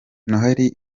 noheli